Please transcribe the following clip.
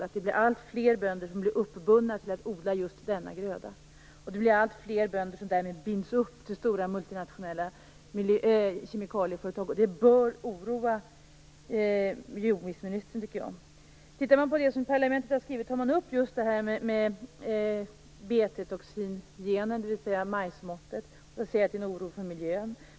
Det blir alltfler bönder som blir uppbunda till att odla just denna gröda. Det blir alltfler bönder som därmed binds upp till stora multinationella kemikalieföretag. Det bör oroa jordbruksministern. Parlamentet har tagit upp frågan om BT toxingenen, dvs. majsmåttet. Det finns en oro för miljön.